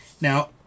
Now